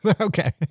Okay